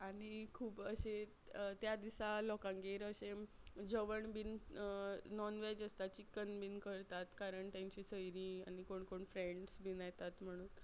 आनी खूब अशें त्या दिसा लोकांगेर अशें जेवण बीन नॉनवेज आसता चिकन बीन करतात कारण तांचीं सोयरीं आनी कोण कोण फ्रँड्स बीन येतात म्हणून